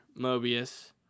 Mobius